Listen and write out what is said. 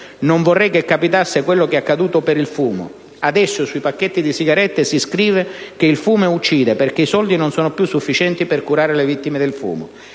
Non vorrei che capitasse quello che è accaduto per il fumo: adesso sui pacchetti di sigarette si scrive che il fumo uccide perché i soldi non sono più sufficienti per curare le vittime del fumo.